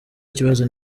ikibazo